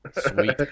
Sweet